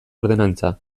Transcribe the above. ordenantza